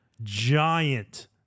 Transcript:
giant